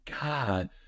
God